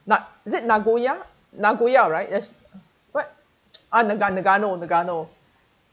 nag~ is it nagoya nagoya right yes what ah naga~ nagano nagano